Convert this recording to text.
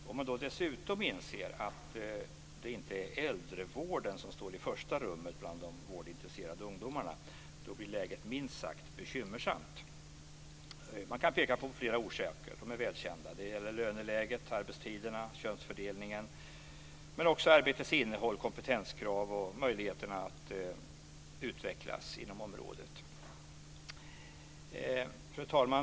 Om man dessutom inser att det inte är äldrevården som står i första rummet bland de vårdintresserade ungdomarna så blir läget minst sagt bekymmersamt. Man kan peka på flera välkända orsaker. Det gäller löneläget, arbetstiderna och könsfördelningen men också arbetets innehåll, kompetenskrav och möjligheterna att utvecklas på området. Fru talman!